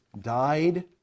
died